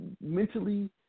mentally